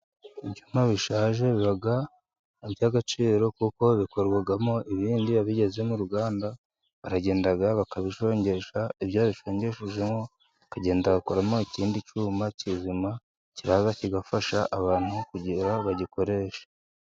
Ibyuma bishaje biba iby'agaciro, kuko bikorwamo ibindi, iyo bigeze mu ruganda, baragenda bakabishongesha ibyo babishongeshejemo bakagenda bakoramo ikindi cyuma kizima, kiraza kigafasha abantu kugira bagikoreshe.